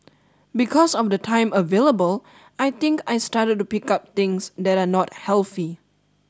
because of the time available I think I started to pick up things that are not healthy